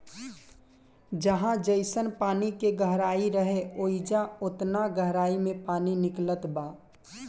जहाँ जइसन पानी के गहराई रहे, ओइजा ओतना गहराई मे पानी निकलत बा